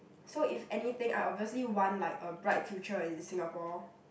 so if anything I obviously want like a bright future in Singapore